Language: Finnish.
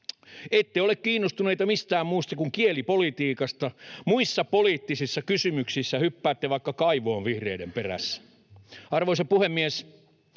Ette ole kiinnostuneita mistään muusta kuin kielipolitiikasta, muissa poliittisissa kysymyksissä hyppäätte vaikka kaivoon vihreiden perässä. Arvoisa puhemies!